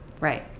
Right